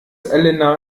elena